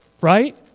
right